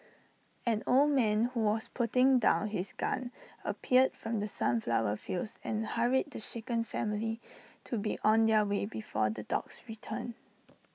an old man who was putting down his gun appeared from the sunflower fields and hurried the shaken family to be on their way before the dogs return